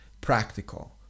practical